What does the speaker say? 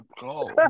go